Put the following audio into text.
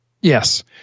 Yes